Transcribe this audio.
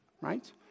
right